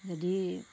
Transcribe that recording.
যদি